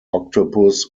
octopus